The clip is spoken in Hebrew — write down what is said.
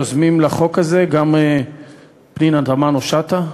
יוזמי החוק הזה: פנינה תמנו-שטה,